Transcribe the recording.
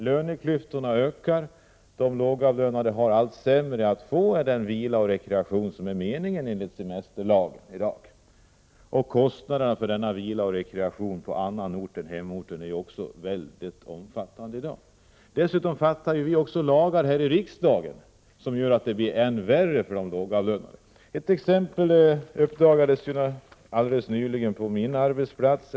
Löneklyftorna ökar, och de lågavlönades möjligheter att få den vila och rekreation som är meningen med semestern blir allt sämre. Kostnaderna för att få vila och rekreation på annat håll än hemorten är i dag mycket höga. Dessutom stiftar vi här i riksdagen lagar som gör situationen än värre för de lågavlönade. Jag fick helt nyligen ett exempel på det på min egen arbetsplats.